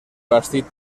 bastit